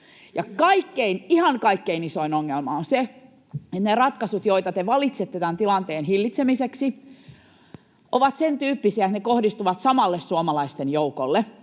ihan kaikkein, isoin ongelma on, että ne ratkaisut, joita te valitsette tämän tilanteen hillitsemiseksi, ovat sentyyppisiä, että ne kohdistuvat samalle suomalaisten joukolle,